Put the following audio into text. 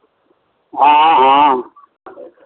हँ हँ